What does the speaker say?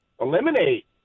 eliminate